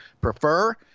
prefer